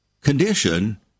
condition